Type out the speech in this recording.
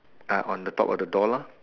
I on the top of the door lah